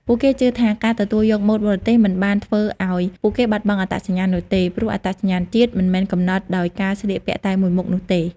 ពួកគេជឿថាការទទួលយកម៉ូដបរទេសមិនបានធ្វើឲ្យពួកគេបាត់បង់អត្តសញ្ញាណនោះទេ ព្រោះអត្តសញ្ញាណជាតិមិនមែនកំណត់ដោយការស្លៀកពាក់តែមួយមុខនោះទេ។